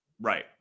Right